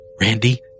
Randy